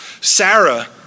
Sarah